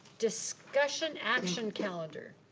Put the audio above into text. discussion action calendar.